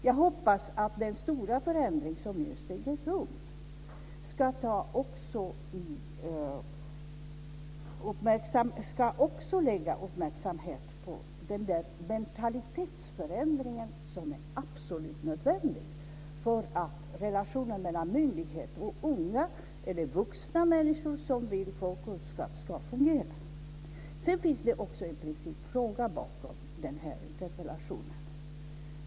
Jag hoppas att den stora förändring som just äger rum också ska fästa uppmärksamhet på den mentalitetsförändring som är absolut nödvändig för att relationerna mellan myndighet och unga eller vuxna människor som vill få kunskap ska fungera. Sedan finns det också en principfråga bakom den här interpellationen.